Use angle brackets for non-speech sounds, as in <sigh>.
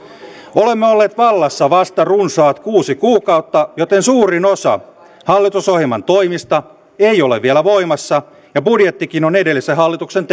olemme olleet vallassa vasta runsaat kuusi kuukautta joten suurin osa hallitusohjelman toimista ei ole vielä voimassa ja budjettikin on edellisen hallituksen <unintelligible>